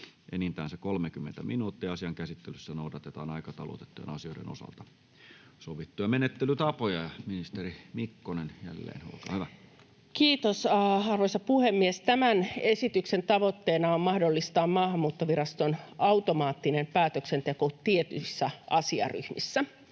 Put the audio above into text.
enintään 30 minuuttia. Asian käsittelyssä noudatetaan aikataulutettujen asioiden osalta sovittuja menettelytapoja. — Ministeri Mikkonen jälleen, olkaa hyvä. Kiitos, arvoisa puhemies! Tämän esityksen tavoitteena on mahdollistaa Maahanmuuttoviraston automaattinen päätöksenteko tietyissä asiaryhmissä.